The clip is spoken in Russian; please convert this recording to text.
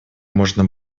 можно